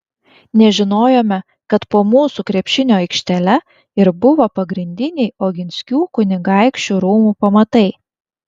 nežinojome kad po mūsų krepšinio aikštele ir buvo pagrindiniai oginskių kunigaikščių rūmų pamatai